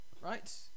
Right